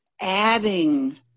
adding